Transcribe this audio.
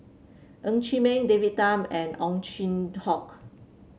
Ng Chee Meng David Tham and Ow Chin Hock